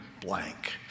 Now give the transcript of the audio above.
blank